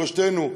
שלושתנו,